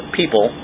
people